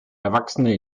erwachsene